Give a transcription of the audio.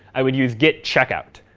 i would use git checkout.